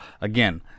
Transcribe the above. again